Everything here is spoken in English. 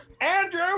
Andrew